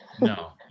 no